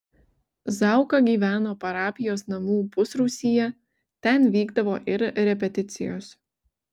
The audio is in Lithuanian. zauka gyveno parapijos namų pusrūsyje ten vykdavo ir repeticijos